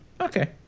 Okay